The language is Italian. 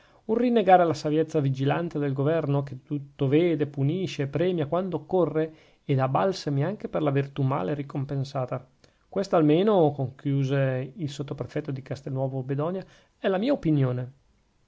un rinnegare la saviezza vigilante del governo che tutto vede punisce e premia quando occorre ed ha balsami anche per la virtù male ricompensata questa almeno conchiuse il sottoprefetto di castelnuovo bedonia è la mia opinione